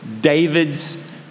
David's